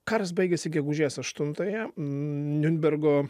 karas baigėsi gegužės aštuntąją niurnbergo